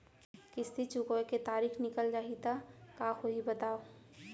किस्ती चुकोय के तारीक निकल जाही त का होही बताव?